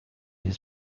his